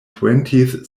twentieth